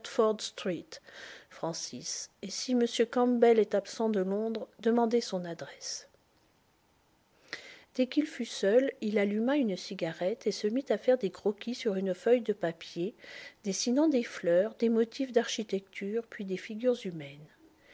et si m campbell est absent de londres demandez son adresse dès qu'il fut seul il alluma une cigarette et se mit à faire des croquis sur une feuille de papier dessinant des fleurs des motifs d'architecture puis des figures humaines